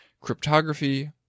cryptography